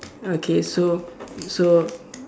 okay so so